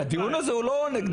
הדיון הזה הוא לא נגדכם,